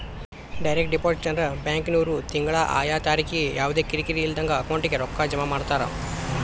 direct deposit ಅಂದ್ರ ಬ್ಯಾಂಕಿನ್ವ್ರು ತಿಂಗ್ಳಾ ಆಯಾ ತಾರಿಕಿಗೆ ಯವ್ದಾ ಕಿರಿಕಿರಿ ಇಲ್ದಂಗ ಅಕೌಂಟಿಗೆ ರೊಕ್ಕಾ ಜಮಾ ಮಾಡ್ತಾರ